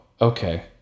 okay